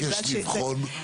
לגבי מקומות קטנים,